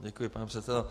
Děkuji, pane předsedo.